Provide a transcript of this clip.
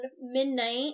midnight